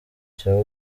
cya